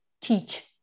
teach